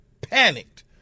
panicked